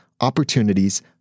opportunities